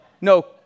No